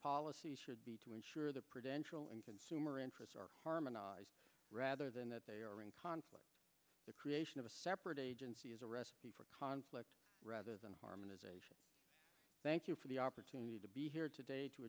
policy should be to ensure that preventable and consumer interests are harmonized rather than that they are in conflict the creation of a separate agency is a recipe for conflict rather than harmonization thank you for the opportunity to be here today to